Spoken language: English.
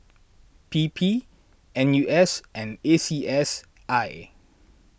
P P N U S and A C S I